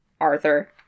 Arthur